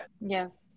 Yes